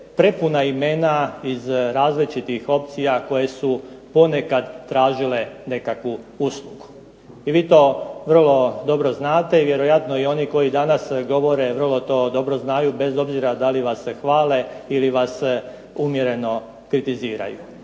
prepuna imena iz različitih opcija koje su ponekad tražile nekakvu uslugu. I vi to vrlo dobro znate. I vjerojatno i oni koji danas govore vrlo to dobro znaju bez obzira da li vas hvale ili vas umjereno kritiziraju.